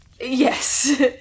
Yes